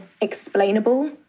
explainable